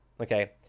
okay